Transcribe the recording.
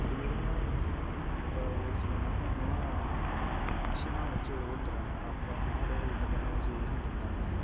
அப்படி இருந்தும் இப்போ ஒரு சில நிறுவனங்கள்லாம் மிஷினாக வச்சு உழுதுட்டுறாங்க அப்போ மாடு இந்தமாதிரிலாம் வச்சு உழுதுட்டுருந்தானுங்க